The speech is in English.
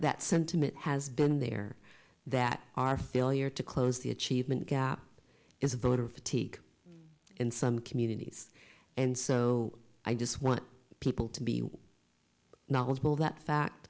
that sentiment has been there that our failure to close the achievement gap is voter fatigue in some communities and so i just want people to be now let's move that fact